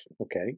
Okay